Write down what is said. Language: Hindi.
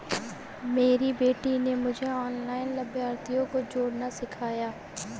मेरी बेटी ने मुझे ऑनलाइन लाभार्थियों को जोड़ना सिखाया